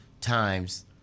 times